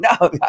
No